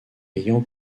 ayant